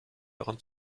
daran